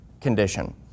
condition